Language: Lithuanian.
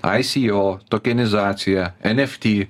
aisio tokienizacija enefti